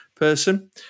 Person